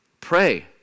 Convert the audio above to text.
Pray